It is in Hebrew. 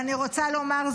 אני רוצה לומר,